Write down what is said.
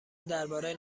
درباره